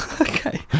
Okay